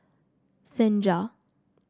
Senja